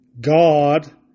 God